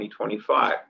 2025